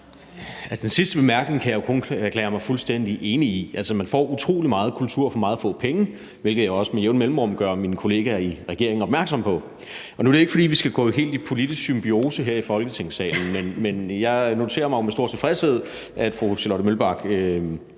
Den sidste bemærkning kan jeg jo kun erklære mig fuldstændig enig i. Man får utrolig meget kultur for meget få penge, hvilket jeg også med jævne mellemrum gør mine kolleger i regeringen opmærksom på. Og nu er det ikke, fordi vi skal gå helt i politisk symbiose her i Folketingssalen, men jeg noterer mig jo med stor tilfredshed, at fru Charlotte Broman